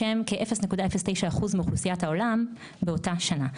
שהם כ-0.09% מאוכלוסיית העולם באותה שנה.